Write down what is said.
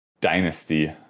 dynasty